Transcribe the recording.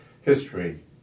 history